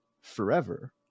forever